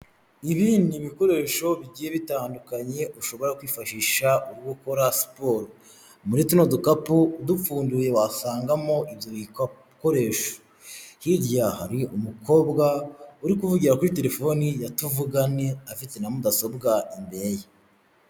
Ibi ni bikoresho bigiye bitandukanye ushobora kwifashisha uri gukora siporo. Muri tuno dukapu, udupfunduye wasangamo ibyo bikoresho. Hirya hari umukobwa uri kuvugira kuri terefoni ya tuvugane afite na mudasobwa imbere ye.